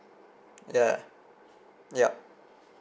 ya yup